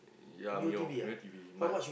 ya meal meal T_V but